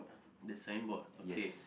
the signboard okay